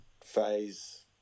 phase